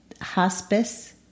hospice